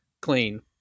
clean